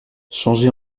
changée